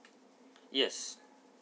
yes